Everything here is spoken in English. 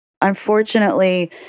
Unfortunately